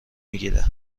میگیره